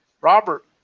Robert